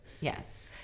Yes